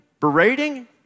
Berating